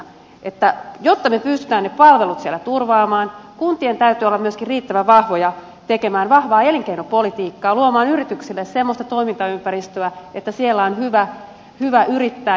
jotta me pystymme ne palvelut siellä turvaamaan kuntien täytyy olla myöskin riittävän vahvoja tekemään vahvaa elinkeinopolitiikkaa luomaan yrityksille semmoista toimintaympäristöä että siellä on hyvä yrittää